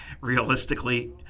realistically